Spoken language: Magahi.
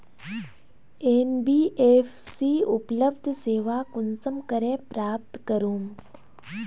एन.बी.एफ.सी उपलब्ध सेवा कुंसम करे प्राप्त करूम?